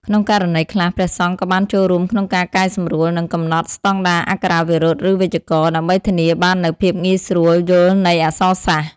ក្នុងករណីខ្លះ ព្រះសង្ឃក៏បានចូលរួមក្នុងការកែសម្រួល និងកំណត់ស្តង់ដារអក្ខរាវិរុទ្ធ ឬវេយ្យាករណ៍ ដើម្បីធានាបាននូវភាពងាយស្រួលយល់នៃអក្សរសាស្ត្រ។